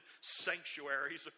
sanctuaries